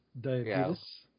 diabetes